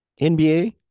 NBA